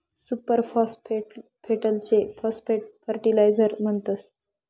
super फास्फेटलेच phosphate fertilizer म्हणतस